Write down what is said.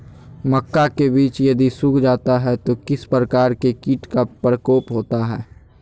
मक्का के बिज यदि सुख जाता है तो किस प्रकार के कीट का प्रकोप होता है?